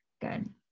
good